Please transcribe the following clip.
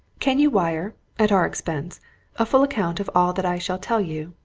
can you wire at our expense a full account of all that i shall tell you,